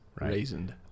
Raisined